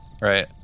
right